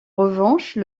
revanche